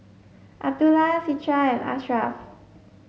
Abdullah Citra and Ashraff